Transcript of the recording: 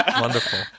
Wonderful